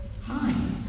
Hi